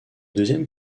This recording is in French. deuxième